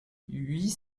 huit